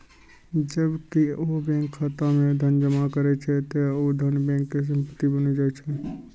जब केओ बैंक खाता मे धन जमा करै छै, ते ऊ धन बैंक के संपत्ति बनि जाइ छै